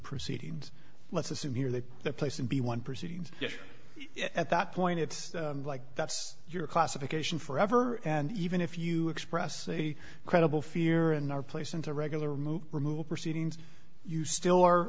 proceedings let's assume here that the place and be one proceedings at that point it's like that's your classification forever and even if you express a credible fear and are placed into regular move removal proceedings you still are